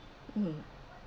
mm